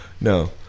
no